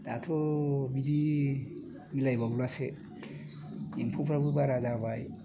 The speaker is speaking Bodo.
दाथ' बिदि बिलाइबावलासो एम्फौफ्राबो बारा जाबाय